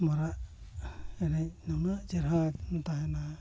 ᱢᱟᱨᱟᱜ ᱮᱱᱮᱡ ᱩᱱᱟᱹᱜ ᱪᱮᱦᱨᱟ ᱧᱮᱞᱚᱜᱼᱟ